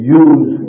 use